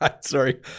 sorry